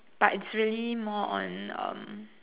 but it's really more on um